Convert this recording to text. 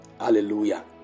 Hallelujah